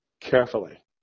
carefully